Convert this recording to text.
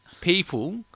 people